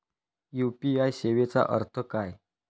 UPI सेवेचा अर्थ काय?